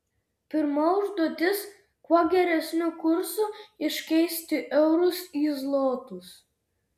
pirma užduotis kuo geresniu kursu iškeisti eurus į zlotus